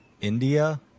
India